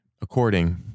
according